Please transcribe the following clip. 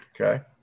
Okay